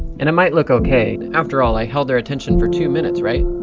and it might look okay. after all, i held their attention for two minutes, right?